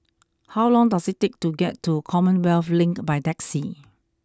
how long does it take to get to Commonwealth Link by taxi